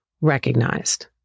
recognized